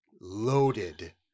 loaded